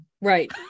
right